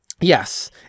Yes